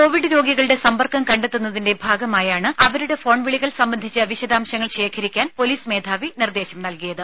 Covid രോഗികളുടെ സമ്പർക്കം കണ്ടെത്തുന്നതിന്റെ ഭാഗമായാണ് അവരുടെ ഫോൺ വിളികൾ സംബന്ധിച്ച വിശദാംശങ്ങൾ ശേഖരിക്കാൻ പൊലീസ് മേധാവി നിർദേശം നൽകിയത്